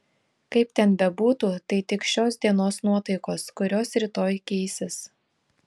kaip ten bebūtų tai tik šios dienos nuotaikos kurios rytoj keisis